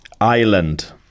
Island